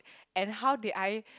and how did I